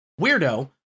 weirdo